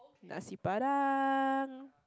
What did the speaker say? Nasi-Padang